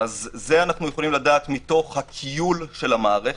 זה אנחנו יכולים לדעת מתוך הכיול של המערכת.